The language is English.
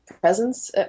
presence